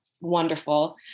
wonderful